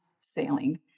sailing